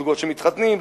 זוגות שמתחתנים,